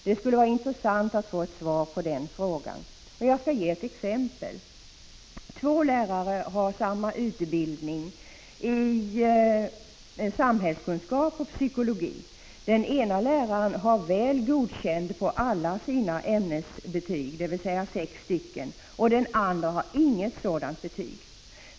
Det skulle vara intressant att få ett svar på den frågan. Jag skall ge ett exempel: Två lärare har samma utbildning i samhällskunskap och psykologi. Den ene läraren har Väl godkänd i alla sina ämnesbetyg, dvs. sex stycken, och den andre har inget sådant betyg.